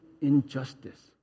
injustice